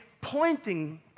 pointing